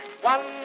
One